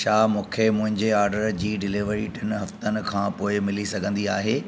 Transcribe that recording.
छा मूंखे मुंहिंजे ऑडर जी डिलीवरी टिनि हफ़्तनि खां पोइ मिली सघंदी आहे